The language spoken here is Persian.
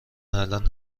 الان